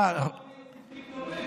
חוקים טובים.